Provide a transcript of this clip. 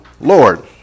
Lord